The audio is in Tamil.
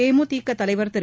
தேமுதிக தலைவர் திரு